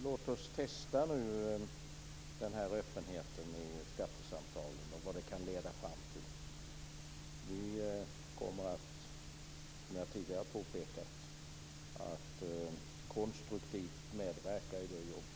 Låt oss testa öppenheten i skattesamtalen och vad den kan leda fram till. Vi kommer, som jag tidigare har påpekat, att konstruktivt medverka i det jobbet.